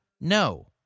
No